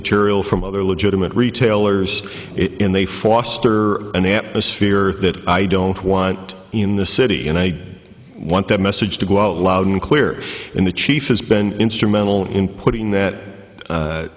material from other legitimate retailers and they fought for an atmosphere that i don't want in the city and i want that message to go out loud and clear in the chief has been instrumental in putting that